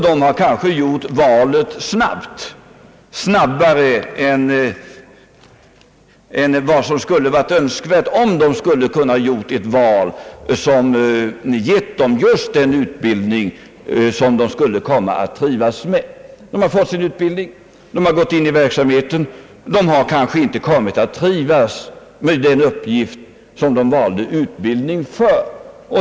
De har kanske gjort valet snabbare än vad som varit önskvärt för att ge dem en utbildning som de skulle komma att trivas med. De har fått sin utbildning och gått in i verksamheten, men har kanske inte kommit att trivas med den uppgift de valde utbildning för.